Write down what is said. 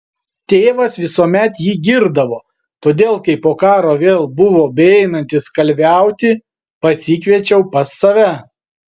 tėvas visuomet jį girdavo todėl kai po karo vėl buvo beeinantis kalviauti pasikviečiau pas save